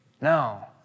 No